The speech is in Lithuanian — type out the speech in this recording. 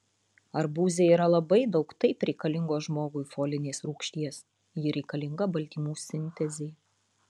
arbūze yra labai daug taip reikalingos žmogui folinės rūgšties ji reikalinga baltymų sintezei